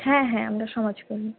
হ্যাঁ হ্যাঁ আমরা সমাজকর্মী